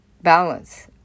balance